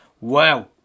wow